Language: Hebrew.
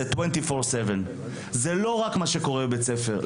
זה 24/7. זה לא רק מה שקורה בבית הספר.